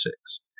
six